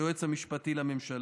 היועץ המשפטי לממשלה.